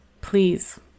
please